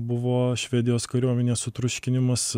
buvo švedijos kariuomenės sutriuškinimas